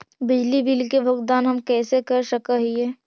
बिजली बिल के भुगतान हम कैसे कर सक हिय?